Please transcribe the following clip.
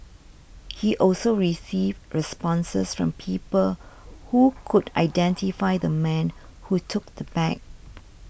he also received responses from people who could identify the man who took the bag